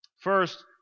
First